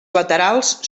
laterals